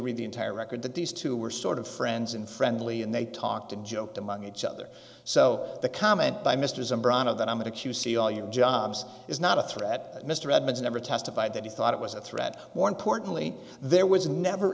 read the entire record that these two were sort of friends and friendly and they talked to joe among each other so the comment by mr zambrano that i'm going to q c all your jobs is not a threat mr edmunds never testified that he thought it was a threat more importantly there was never